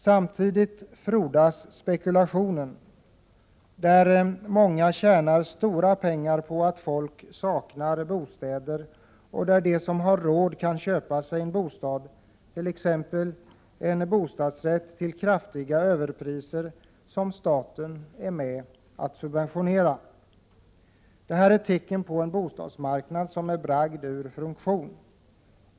Samtidigt frodas spekulationen, som medför att många människor tjänar stora pengar på att folk saknar bostäder. De som har råd kan köpa sig en bostad, t.ex. en bostadsrätt till kraftigt överpris som staten är med om att subventionera. Detta är exempel på en bostadsmarknad som bragts ur funktion.